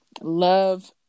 love